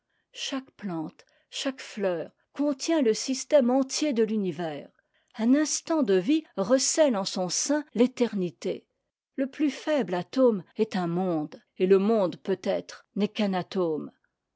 chaque plante chaque fleur contient te système entier de l'univers un instant de vie recèle en son sein t'éternitë le plus faibtë atome est un monde et le monde peut-être n'est qu'un atome